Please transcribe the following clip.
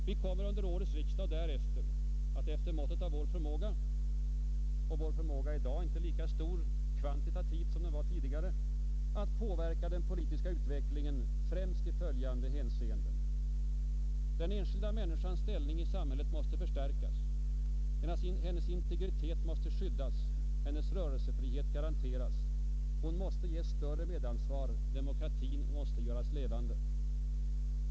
Vi kommer under årets riksdag och därefter att efter måttet av vår förmåga — och vår förmåga är i dag inte lika stor, kvantitativt, som den var tidigare — söka påverka den politiska utvecklingen, främst i följande hänseenden. 1. Den enskilda människans ställning i samhället måste förstärkas. Hennes integritet måste skyddas. Hennes rörelsefrihet måste garanteras. Hon måste ges större medansvar. Demokratin måste göras levande. 2.